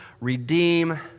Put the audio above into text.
redeem